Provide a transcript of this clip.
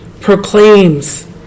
proclaims